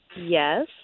Yes